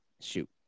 Shoot